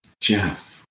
Jeff